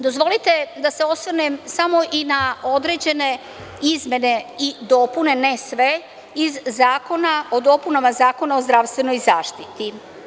Dozvolite da se osvrnem samo i na određene izmene i dopune, ne sve, Zakona o dopunama Zakona o zdravstvenoj zaštiti.